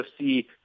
UFC